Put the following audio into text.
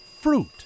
fruit